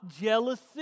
jealousy